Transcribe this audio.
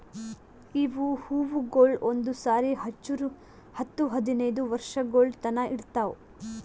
ಇವು ಹೂವುಗೊಳ್ ಒಂದು ಸಾರಿ ಹಚ್ಚುರ್ ಹತ್ತು ಹದಿನೈದು ವರ್ಷಗೊಳ್ ತನಾ ಇರ್ತಾವ್